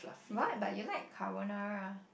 what but you like carbonara